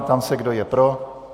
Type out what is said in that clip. Ptám se, kdo je pro.